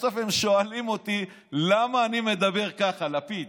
בסוף הם שואלים אותי למה אני מדבר ככה, לפיד.